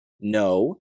No